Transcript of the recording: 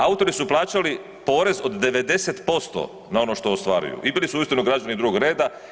Autori su plaćali porez od 90% na ono što ostvaruju i bili su uistinu građani drugog reda.